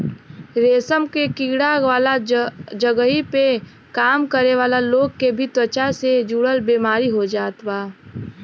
रेशम के कीड़ा वाला जगही पे काम करे वाला लोग के भी त्वचा से जुड़ल बेमारी हो जात बा